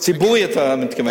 ציבורי, אתה מתכוון.